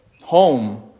home